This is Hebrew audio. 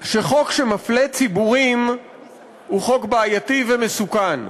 שחוק שמפלה ציבורים הוא חוק בעייתי ומסוכן.